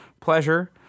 pleasure